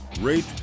rate